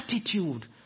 attitude